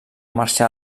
marxar